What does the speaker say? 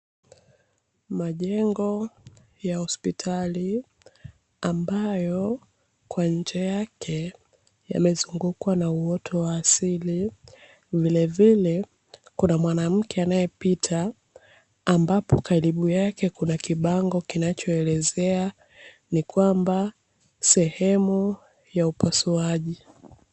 Majengo ya hospitali ambayo kwa nje yake yamezungukwa na uoto wa asili, vilevile kuna mwanamke anayepita ambapo karibu yake kuna kibango kinachoelezea ni kwamba sehemu ya upasuaji.